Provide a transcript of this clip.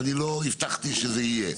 ואני לא הבטחתי שזה יהיה.